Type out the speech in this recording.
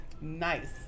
Nice